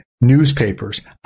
newspapers